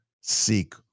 seek